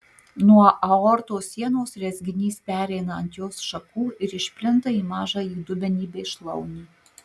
nuo aortos sienos rezginys pereina ant jos šakų ir išplinta į mažąjį dubenį bei šlaunį